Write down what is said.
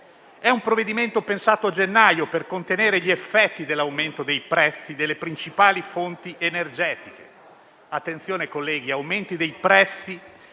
È un provvedimento pensato a gennaio per contenere gli effetti dell'aumento dei prezzi delle principali fonti energetiche. Colleghi, parliamo di aumenti dei prezzi